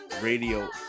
radio